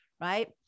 right